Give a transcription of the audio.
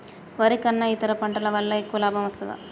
వరి కన్నా ఇతర పంటల వల్ల ఎక్కువ లాభం వస్తదా?